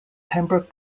pembroke